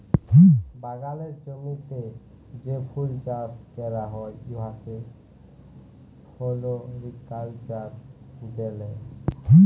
বাগালের জমিতে যে ফুল চাষ ক্যরা হ্যয় উয়াকে ফোলোরিকাল্চার ব্যলে